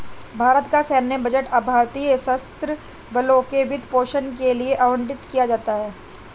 भारत का सैन्य बजट भारतीय सशस्त्र बलों के वित्त पोषण के लिए आवंटित किया जाता है